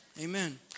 Amen